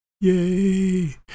Yay